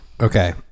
Okay